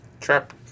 Trap